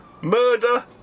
Murder